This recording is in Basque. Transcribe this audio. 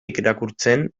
irakurtzen